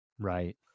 Right